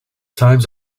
times